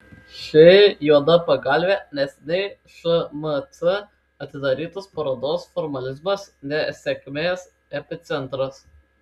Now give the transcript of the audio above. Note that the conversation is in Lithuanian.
ši juoda pagalvė neseniai šmc atidarytos parodos formalizmas ne sėkmės epicentras